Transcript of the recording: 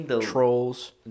trolls